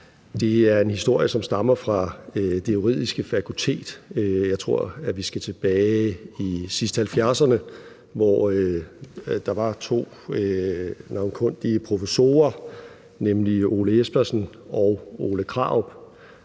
jer, er en historie, som stammer fra Det Juridiske Fakultet. Jeg tror, at vi skal tilbage til sidst i 1970’erne, hvor der var to navnkundige professorer, nemlig Ole Espersen og Ole Krarup.